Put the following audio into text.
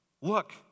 look